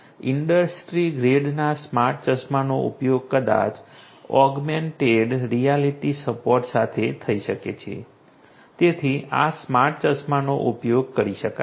industry ગ્રેડના smart ચશ્માનો ઉપયોગ કદાચ ઓગમેન્ટેડ રિયાલિટી સપોર્ટ સાથે થઈ શકે છે તેથી આ સ્માર્ટ ચશ્માનો ઉપયોગ કરી શકાય છે